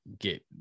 get